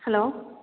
hello